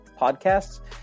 Podcasts